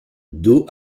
d’eau